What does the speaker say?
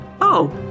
Oh